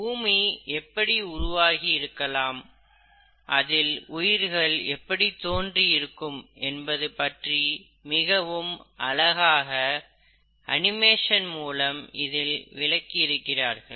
பூமி எப்படி உருவாகி இருக்கலாம் அதில் உயிர்கள் எப்படி தோன்றியிருக்கும் என்பது பற்றி மிகவும் அழகாக அனிமேஷன் மூலம் இதில் விளக்கி இருக்கிறார்கள்